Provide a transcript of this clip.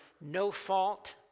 no-fault